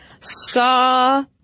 saw